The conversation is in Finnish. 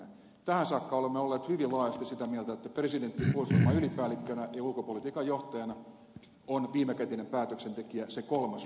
tähän saakka olemme olleet hyvin laajasti sitä mieltä että presidentti puolustusvoimien ylipäällikkönä ja ulkopolitiikan johtajana on viimekätinen päätöksentekijä se kolmas lukko